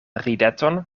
rideton